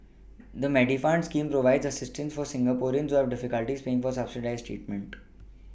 the Medifund scheme provides assistance for Singaporeans who have difficulties paying for subsidized treatment